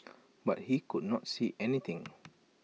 but he could not see anything